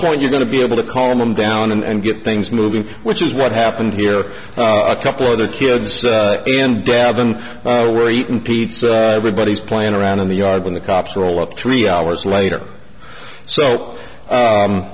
point you're going to be able to calm them down and get things moving which is what happened here a couple other kids in devon were eating pizza everybody's playing around in the yard when the cops roll up three hours later so